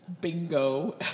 Bingo